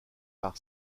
par